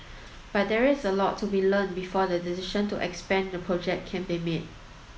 but there's a lot to be learnt before the decision to expand the project can be made